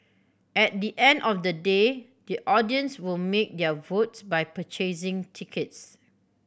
at the end of the day the audience will make their votes by purchasing tickets